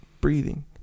breathing